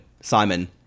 Simon